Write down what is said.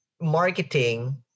marketing